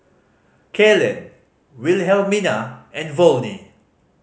Kaylan Wilhelmina and Volney